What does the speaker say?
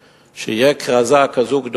ויש שם כזאת כרזה גדולה: